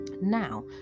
now